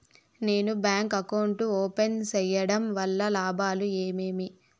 నేను bank account open సేయడం వల్ల లాభాలు ఏమేమి?